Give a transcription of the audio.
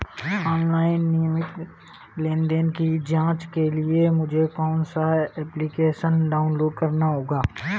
Online नियमित लेनदेन की जांच के लिए मुझे कौनसा एप्लिकेशन डाउनलोड करना होगा?